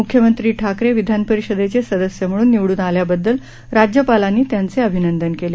मूख्यमंत्री ठाकरे विधानपरिषदेचे सदस्य म्हणून निवडून आल्याबददल राज्यपालांनी त्यांचे अभिनंदन केले